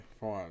fine